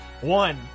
one